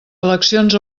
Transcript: eleccions